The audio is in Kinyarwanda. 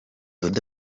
oda